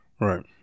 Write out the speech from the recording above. right